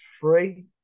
free